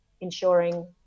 ensuring